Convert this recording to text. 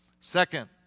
Second